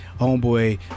homeboy